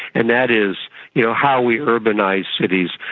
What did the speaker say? and that is you know how we urbanise cities,